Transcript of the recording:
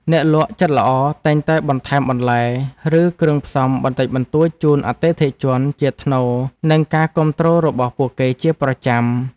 អ្នកលក់ចិត្តល្អតែងតែបន្ថែមបន្លែ ឬគ្រឿងផ្សំបន្តិចបន្តួចជូនអតិថិជនជាថ្នូរនឹងការគាំទ្ររបស់ពួកគេជាប្រចាំ។